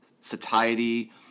satiety